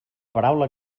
paraula